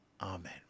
Amen